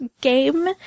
game